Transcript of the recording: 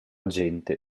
gente